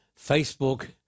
Facebook